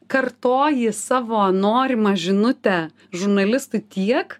kartoji savo norimą žinutę žurnalistui tiek